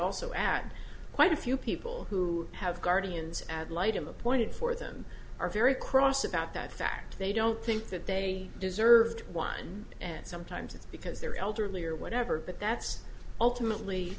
also add quite a few people who have guardians ad litum appointed for them are very cross about that fact they don't think that they deserved one and sometimes it's because they're elderly or whatever but that's ultimately